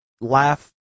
laugh